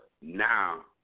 now